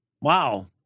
wow